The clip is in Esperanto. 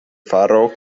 faro